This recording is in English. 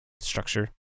structure